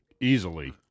easily